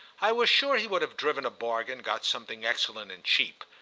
i was sure he would have driven a bargain, got something excellent and cheap.